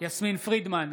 יסמין פרידמן,